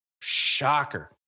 shocker